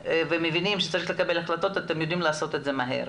ומבינים שצריך לקבל החלטות אתם יודעים לעשות את זה מהר.